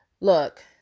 Look